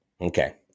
okay